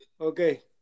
Okay